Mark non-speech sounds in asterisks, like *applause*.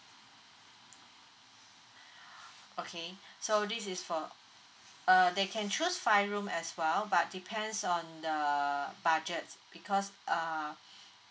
*breath* okay so this is for uh they can choose five room as well but depends on the budget because uh *breath*